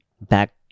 Back